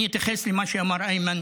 אני אתייחס למה שאמר איימן